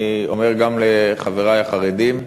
אני אומר גם לחברי החרדים: